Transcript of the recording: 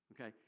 okay